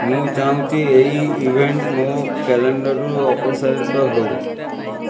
ମୁଁ ଚାହୁଁଛି ଏହି ଇଭେଣ୍ଟ ମୋ କ୍ୟାଲେଣ୍ଡରରୁ ଅପସାରିତ ହଉ